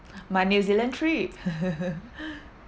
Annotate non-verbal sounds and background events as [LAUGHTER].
my new zealand trip [LAUGHS]